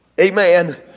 Amen